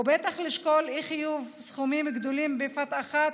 ובטח לשקול אי-חיוב סכומים גדולים בבת אחת,